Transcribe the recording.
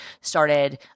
started –